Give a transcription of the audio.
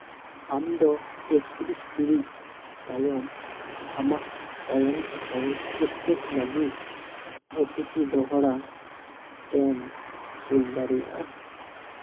ᱟᱢ ᱫᱚ ᱮᱠᱛᱤᱨᱤᱥ ᱴᱤᱲᱤᱡ ᱛᱟᱭᱚᱢ ᱟᱢᱟᱜ ᱠᱚᱭᱮᱱ ᱮᱠᱟᱣᱩᱱᱴ ᱮᱠᱥᱮᱥ ᱞᱟᱹᱜᱤᱫ ᱳ ᱴᱤ ᱯᱤ ᱫᱚᱦᱲᱟ ᱛᱮᱢ ᱠᱩᱞ ᱫᱟᱲᱤᱭᱟᱜᱼᱟ